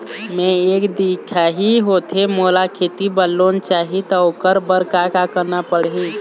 मैं एक दिखाही होथे मोला खेती बर लोन चाही त ओकर बर का का करना पड़ही?